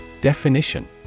Definition